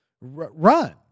run